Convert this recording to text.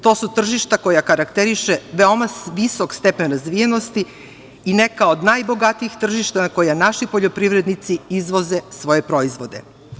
To su tržišta koja karakteriše veoma visok stepen razvijenosti i neka od najbogatijih tržišta na koja naši poljoprivrednici izvoze svoje proizvode.